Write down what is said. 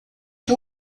que